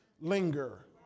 linger